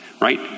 right